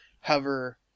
hover